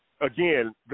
again